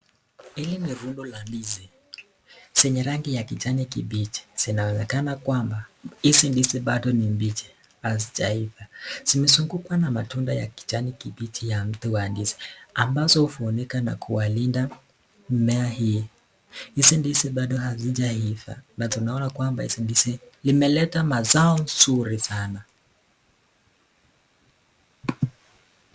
Hili ni rundo la ndizi zenye rangi ya kijani kibichi, zinaonekana kwamba hizi ndizi bado ni mbichi, hazijaiva. Zimezungukwa na matunda ya kijani kibichi ya mti wa ndizi ambazo hufunika a na kuwalinda mmea hii, hizi ndizi bado hazijaiva na tunaona kwamba hizi ndizi imeleta mazao nzuri sana.